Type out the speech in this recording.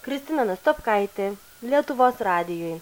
kristina nastopkaitė lietuvos radijui